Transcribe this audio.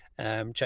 check